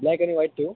black आणि white ठेवू